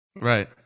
Right